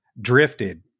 drifted